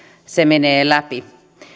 se menee läpi